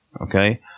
Okay